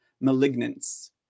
malignance